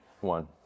one